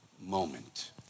moment